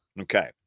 Okay